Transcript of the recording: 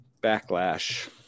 Backlash